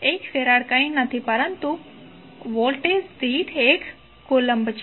1 farad કંઈ નથી પરંતુ વોલ્ટ દીઠ 1 કુલમ્બ છે